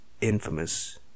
infamous